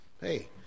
hey